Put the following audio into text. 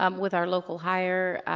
um with our local hire,